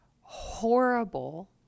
horrible